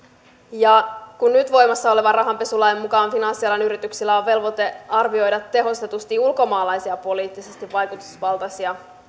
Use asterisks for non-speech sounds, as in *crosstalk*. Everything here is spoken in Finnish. ja kun nyt voimassa olevan rahanpesulain mukaan finanssialan yrityksillä on velvoite arvioida tehostetusti ulkomaalaisia poliittisesti vaikutusvaltaisia *unintelligible*